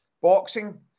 boxing